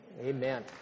Amen